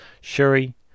Shuri